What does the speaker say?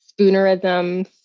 spoonerisms